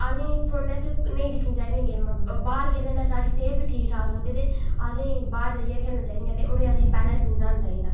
असेंगी फोनै च नेईं दिक्खनी चाहिदियां गेमां बाह्र खेलना साढ़ी सेह्त बी ठीक ठाक रौह्न्दी ते असेंगी बाह्र जाइयै खेलने चाहिदियां उ'नेंगी असें पैह्ले गै समझाना चाहिदा